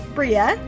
Bria